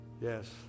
yes